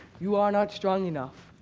you are not strong enough.